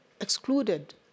excluded